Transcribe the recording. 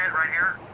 right here?